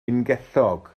ungellog